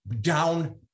down